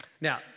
Now